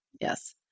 yes